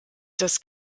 das